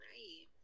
Right